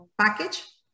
package